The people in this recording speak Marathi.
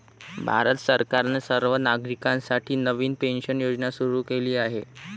भारत सरकारने सर्व नागरिकांसाठी नवीन पेन्शन योजना सुरू केली आहे